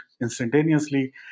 instantaneously